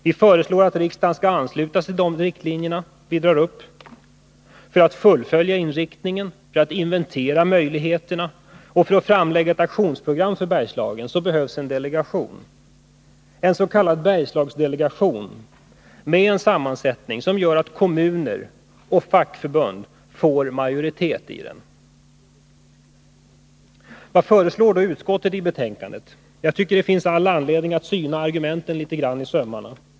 Vi föreslår att riksdagen skall ansluta sig till de riktlinjer vi drar upp i motionen. För att fullfölja inriktningen, för att inventera möjligheterna och för att främlägga ett aktionsprogram för Bergslagen behövs en delegation — ens.k. Bergslagsdelegation med en sammansättning som gör att kommuner och fackförbund får majoritet i den. Vad föreslår då utskottet i betänkandet? Jag tycker det finns all anledning att syna argumenten litet grand i sömmarna.